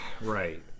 Right